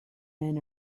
men